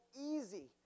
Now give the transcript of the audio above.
easy